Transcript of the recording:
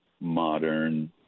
modern